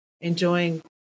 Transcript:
enjoying